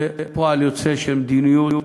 זה פועל יוצא של מדיניות